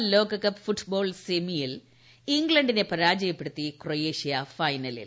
FIFA ലോകകപ്പ് football സെമിയിൽ ഇംഗ്ലണ്ടിനെ പരാജയപ്പെടുത്തി ക്രൊയേഷ്യ ഫൈനലിൽ